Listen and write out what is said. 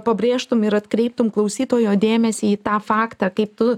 pabrėžtum ir atkreiptumi klausytojo dėmesį į tą faktą kaip tu